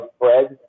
bread